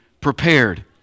prepared